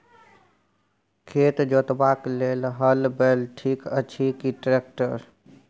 खेत जोतबाक लेल हल बैल ठीक अछि की ट्रैक्टर?